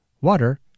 water